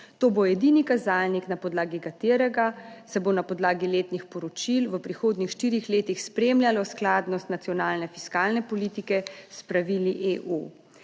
To bo edini kazalnik na podlagi katerega se bo na podlagi letnih poročil v prihodnjih štirih letih spremljala skladnost nacionalne fiskalne politike s pravili EU.